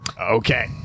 Okay